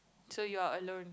so you are alone